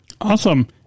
Awesome